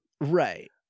Right